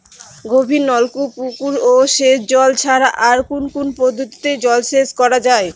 গভীরনলকূপ পুকুর ও সেচখাল ছাড়া আর কোন কোন পদ্ধতিতে জলসেচ করা যায়?